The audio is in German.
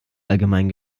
allgemeinen